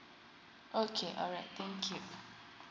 okay alright thank you